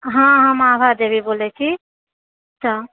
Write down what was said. हँ हँ हम आभा देवी बोलए छी तऽ